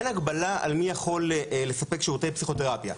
אין הגבלה על מי יכול לספק שירותי פסיכותרפיה,